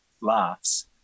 laughs